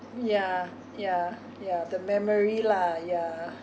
ya ya ya the memory lah ya